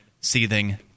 seething